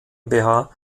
übernahmen